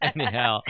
Anyhow